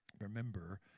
Remember